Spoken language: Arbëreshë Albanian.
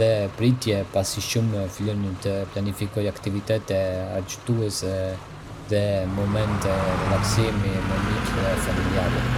dhe pritje, pasi shumë fillojnë të planifikojnë aktivitete argëtuese dhe momente relaksimi me miq dhe familjarë.